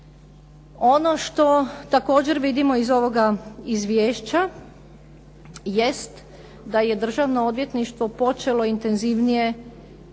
Ono što također vidimo iz ovoga izvješća jest da je Državno odvjetništvo počelo intenzivnije